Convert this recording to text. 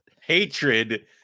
hatred